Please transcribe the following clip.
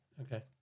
Okay